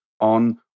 on